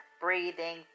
breathing